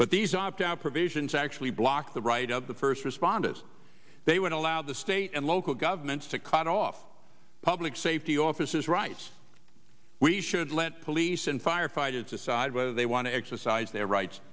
but these opt out provisions actually block the right of the first responders they would allow the state and local governments to cut off public safety officers rights we should let police and firefighters decide whether they want to exercise their rights